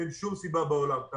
אין שום סיבה בעולם שזה יתעכב.